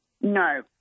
No